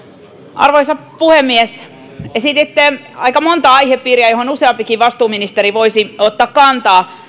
arvoisa puhemies esititte aika monta aihepiiriä joihin useampikin vastuuministeri voisi ottaa kantaa